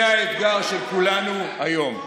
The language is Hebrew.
זה האתגר של כולנו היום.